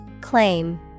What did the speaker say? Claim